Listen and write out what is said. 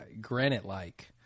granite-like